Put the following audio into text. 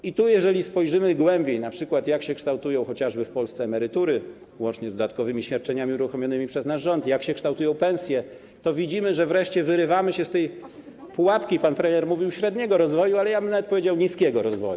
I tutaj jeżeli spojrzymy głębiej, np. jak w Polsce chociażby kształtują się emerytury, łącznie z dodatkowymi świadczeniami uruchomionymi przez nasz rząd, i jak się kształtują pensje, to widzimy, że wreszcie wyrywamy się z tej pułapki, jak pan premier mówił, średniego rozwoju, ale ja bym nawet powiedział: niskiego rozwoju.